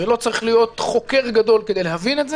ולא צריך להיות חוקר גדול כדי להבין את זה,